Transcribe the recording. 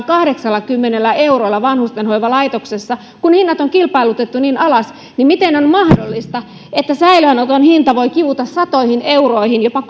kahdeksallakymmenellä eurolla vanhustenhoivalaitoksessa kun hinnat on kilpailutettu niin alas niin miten on mahdollista että säilöönoton hinta voi kivuta satoihin euroihin jopa